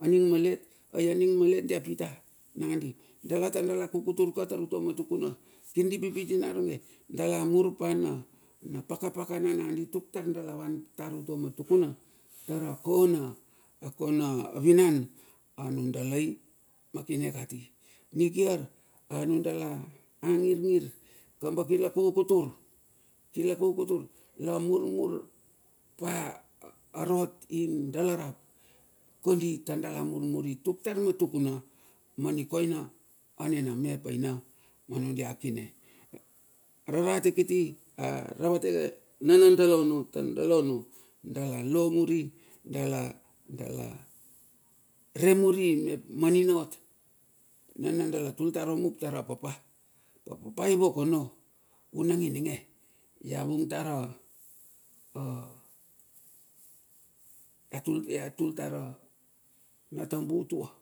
A ning malet. ai aning malet dia pita? Nangadi dala tar dala kukutur ka tar utua ma tukuna. Kirdi pipit naronge, dalamur pana paka pakana nandi tuk tar dala vantar utua ma tukuna. Lara kona, akona vinan anudalai ma kine kati, nikiar anudala angirngir, kamba kirla kukutur kirlakukutur. Lamurmur pa arot ing dala rap kondi tar dala murmuri, tuk tar matukuna ani koina anina me ap aina manudia kine. Ararate kiti aravate nana dala ono tar dala ono, dala lo muri, dala remuri mep manina ot, nana dala tul tar omup tara papa. Ap papa i wok ono, vunang ininge ia vung tar, ia tultar na tambu tua.